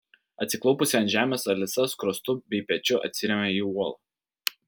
atsiklaupusi ant žemės alisa skruostu bei pečiu atsiremia į uolą